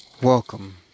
Welcome